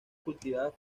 cultivadas